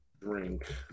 drink